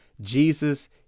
Jesus